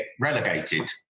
relegated